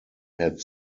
had